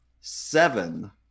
seven